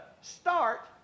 start